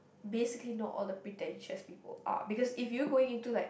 basically not all the pretentious people are because if you going into like